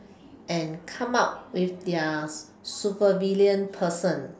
and come out with their super villain person